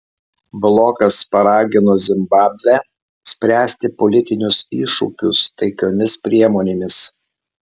blokas paragino zimbabvę spręsti politinius iššūkius taikiomis priemonėmis